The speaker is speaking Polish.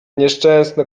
nieszczęsne